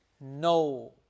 no